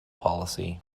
policy